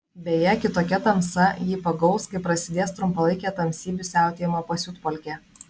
beje kitokia tamsa jį pagaus kai prasidės trumpalaikė tamsybių siautėjimo pasiutpolkė